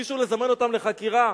מישהו לזמן אותם לחקירה,